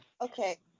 Okay